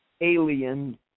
alien